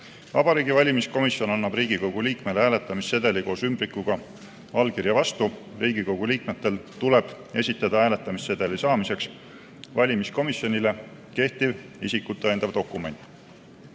Vabariigi Valimiskomisjon annab Riigikogu liikmele hääletamissedeli koos ümbrikuga allkirja vastu. Riigikogu liikmetel tuleb esitada hääletamissedeli saamiseks valimiskomisjonile kehtiv isikut tõendav dokument.